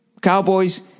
Cowboys